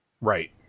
Right